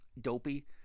dopey